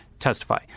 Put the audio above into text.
testify